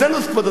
כבוד השר,